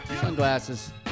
sunglasses